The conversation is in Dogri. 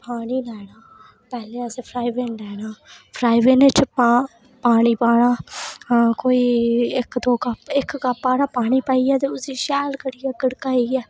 पानी लैना पैह्ले असें फ्राईपैन लैना फ्राईपैन च पाना पानी पाना कोई इक दो कप इक कप पाना पानी पाइयै ते उसी शैल करियै गड़काइयै